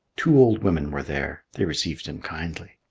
two old women were there. they received him kindly.